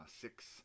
six